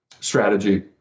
strategy